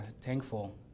thankful